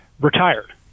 retired